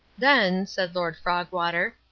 then, said lord frogwater,